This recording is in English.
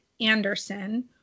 Anderson